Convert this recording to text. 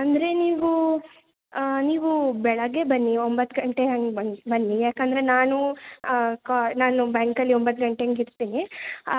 ಅಂದರೆ ನೀವು ನೀವು ಬೆಳಗ್ಗೆ ಬನ್ನಿ ಒಂಬತ್ತು ಗಂಟೆ ಹಂಗೆ ಬನ್ನಿ ಬನ್ನಿ ಯಾಕಂದರೆ ನಾನು ಕ ನಾನು ಬ್ಯಾಂಕಲ್ಲಿ ಒಂಬತ್ತು ಗಂಟೆ ಹಂಗೆ ಇರ್ತೀನಿ